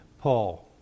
Paul